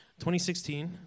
2016